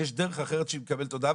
יש דרך אחרת שהיא מקבלת הודעה.